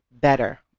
better